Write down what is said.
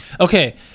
Okay